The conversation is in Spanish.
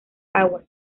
aguas